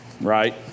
Right